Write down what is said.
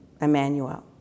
Emmanuel